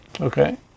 Okay